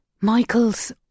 Michael's